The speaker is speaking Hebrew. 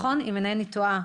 אם אינני טועה.